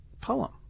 poem